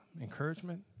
encouragement